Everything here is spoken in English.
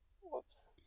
Whoops